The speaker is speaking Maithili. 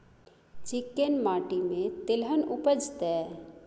चिक्कैन माटी में तेलहन उपजतै?